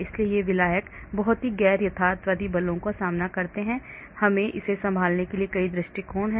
इसलिए ये विलायक बहुत ही गैर यथार्थवादी बलों का सामना करते हैं इसलिए इसे संभालने के लिए कई दृष्टिकोण हैं